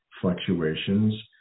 fluctuations